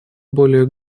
более